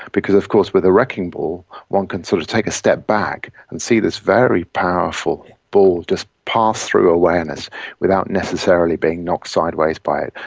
because of course with a wrecking ball one can sort of take a step back and see this very powerful ball just pass through awareness without necessarily being knocked sideways by it,